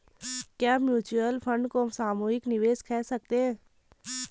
क्या mutual fund को सामूहिक निवेश कह सकते हैं?